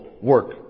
work